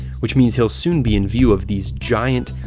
which means he'll soon be in view of these giant,